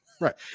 Right